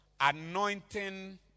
anointing